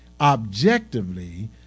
Objectively